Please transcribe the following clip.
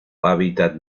hábitat